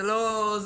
זה פשוט לא זה,